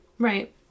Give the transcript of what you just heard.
Right